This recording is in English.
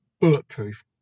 bulletproof